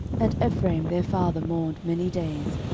and ephraim their father mourned many days,